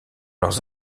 leurs